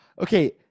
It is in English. Okay